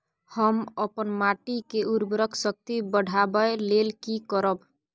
हम अपन माटी के उर्वरक शक्ति बढाबै लेल की करब?